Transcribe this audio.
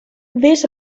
this